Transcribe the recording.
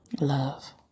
love